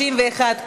61,